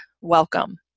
Welcome